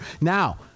Now